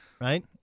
right